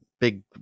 big